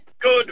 Good